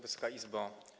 Wysoka Izbo!